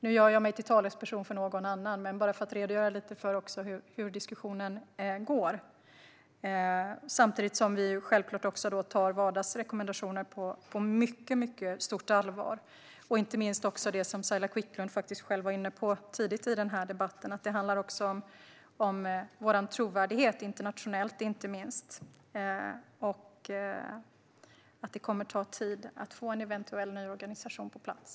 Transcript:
Nu gör jag mig till talesperson för någon annan, men det är för att redogöra lite för hur diskussionen går. Samtidigt tar vi Wadas rekommendationer på stort allvar. Det handlar inte minst om det som Saila Quicklund var inne på tidigt i debatten, nämligen vår trovärdighet internationellt och att det kommer att ta tid att få en eventuell ny organisation på plats.